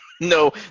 no